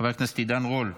חבר הכנסת עידן רול,